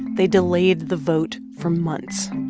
they delayed the vote for months.